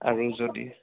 আৰু যদি